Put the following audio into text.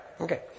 Okay